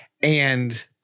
And-